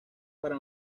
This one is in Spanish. para